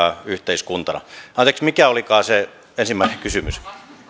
yhteiskuntana anteeksi mikä olikaan se ensimmäinen kysymys